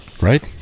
right